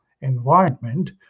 environment